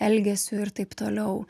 elgesiu ir taip toliau